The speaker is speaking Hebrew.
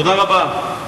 תודה רבה.